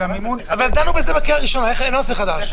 אבל דנו בזה בקריאה הראשונה, איך זה נושא חדש?